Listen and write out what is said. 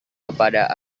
kepada